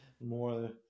more